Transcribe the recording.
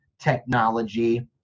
technology